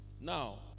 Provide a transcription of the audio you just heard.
Now